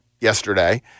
yesterday